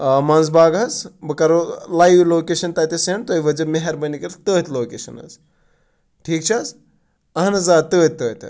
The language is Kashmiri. منٛز باگ حظ بہٕ کَرو لایِو لوکیشَن تَتٮ۪تھ سٮ۪نٛڈ تُہۍ وٲتۍ زٮ۪و مہربٲنی کٔرِتھ تٔتھۍ لوکیشَنَس ٹھیٖک چھِ حظ اہن حظ آ تٔتھۍ تٔتھۍ تٔتھۍ